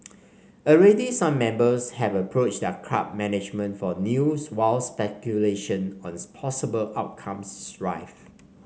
already some members have approached their club management for news while speculation on possible outcomes is rife